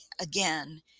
again